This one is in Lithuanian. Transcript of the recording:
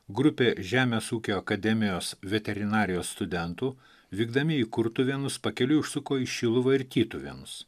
grupė žemės ūkio akademijos veterinarijos studentų vykdami į kurtuvėnus pakeliui užsuko į šiluvą ir tytuvėnus